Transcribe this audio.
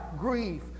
grief